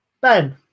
Ben